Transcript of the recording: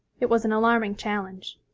it was an alarming challenge.